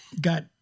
got